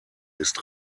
ist